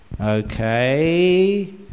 Okay